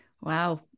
Wow